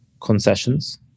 concessions